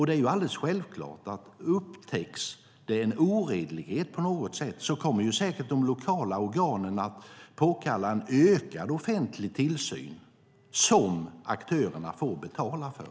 Det är självklart att om det upptäcks någon oredlighet på något sätt kommer säkert de lokala organen att påkalla en ökad offentlig tillsyn som aktörerna får betala för.